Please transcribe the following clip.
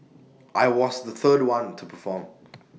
I was the third one to perform